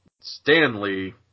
Stanley